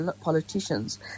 politicians